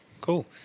cool